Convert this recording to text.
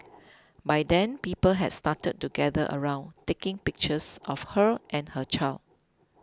by then people had started to gather around taking pictures of her and her child